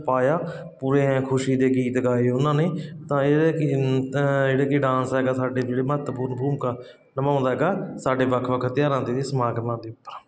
ਪਾਇਆ ਪੂਰੇ ਐਂ ਖੁਸ਼ੀ ਦੇ ਗੀਤ ਗਾਏ ਉਹਨਾਂ ਨੇ ਤਾਂ ਇਹਦੇ ਕੀ ਜਿਹੜੇ ਕਿ ਡਾਂਸ ਹੈਗਾ ਸਾਡੇ ਜਿਹੜੇ ਮਹੱਤਵਪੂਰਨ ਭੂਮਿਕਾ ਨਿਭਾਉਂਦਾ ਹੈਗਾ ਸਾਡੇ ਵੱਖ ਵੱਖ ਧਿਰਾਂ ਦੇ ਸਮਾਗਮਾਂ ਦੇ ਉੱਪਰ